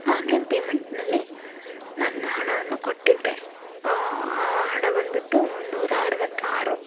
online ಪೇಮೆಂಟ್ನಲ್ಲಿ ನನ್ನ ಹಣವನ್ನು ಕೊಟ್ಟಿದ್ದೆ ಹಣ ಬಂದ್ಬಿಟ್ಟು ಮೂನ್ನೂರ ಅರವತ್ತಾರು